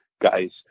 guys